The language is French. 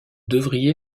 devriez